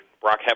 Brock